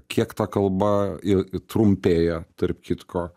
kiek ta kalba i trumpėja tarp kitko